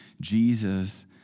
Jesus